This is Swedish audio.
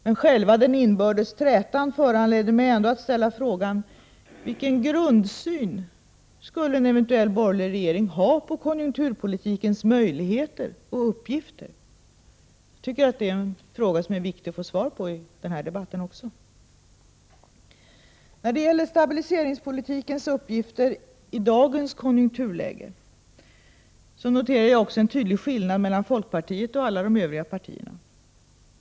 Men själva den inbördes trätan föranleder mig ändå att ställa frågan: Vilken grundsyn skulle en eventuell borgerlig regering ha på konjunkturpolitikens möjligheter och uppgifter? Jag tycker att det är en fråga som det också är viktigt att få svar på i dagens debatt. När det gäller stabiliseringspolitikens uppgifter i dagens konjunkturläge, noterar jag också en tydlig skillnad mellan folkpartiet och alla de övriga partierna.